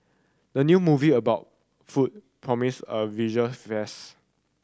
the new movie about food promiseb a visual feast